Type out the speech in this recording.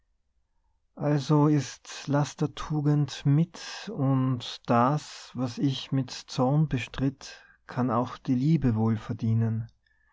also ist laster tugend mit und das was ich mit zorn bestritt kann auch die liebe wohl verdienen